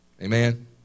Amen